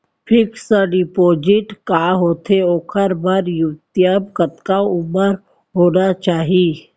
Fix deposit का होथे ओखर बर न्यूनतम कतका उमर होना चाहि?